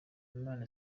imana